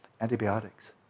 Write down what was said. antibiotics